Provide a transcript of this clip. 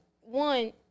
one